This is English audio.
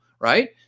Right